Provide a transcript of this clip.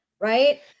right